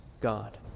God